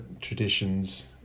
traditions